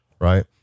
right